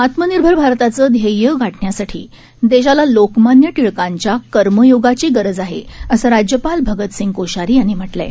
आत्मनिर्भरभारताचंध्येयगाठण्यासाठीदेशालालोकमान्यटिळकांच्याकर्मयोगाचीगरजआहे असंराज्यपालभगतसिंहकोश्यारीयांनीम्हटलंआहे